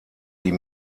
die